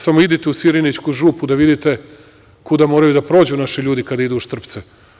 Samo idite u Sirinićku župu da vidite kuda moraju da prođu naši ljudi kada idu u Štrpce.